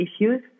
issues